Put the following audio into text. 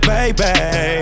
Baby